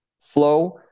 flow